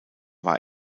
war